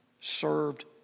served